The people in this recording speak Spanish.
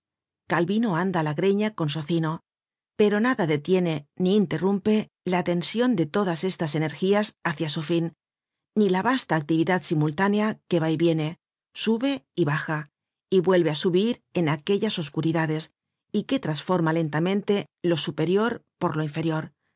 calvino anda á la greña con socino pero nada detiene ni interrumpe la tension de todas estas energías hácia su fin ni la vasta actividad simultánea que va y viene sube baja y vuelve á subir en aquellas oscuridades y que trasforma lentamente lo superior por lo inferior